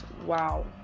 Wow